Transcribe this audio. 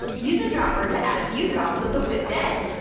use a dropper to add a few drops of the whipped egg.